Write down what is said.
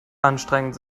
anstrengend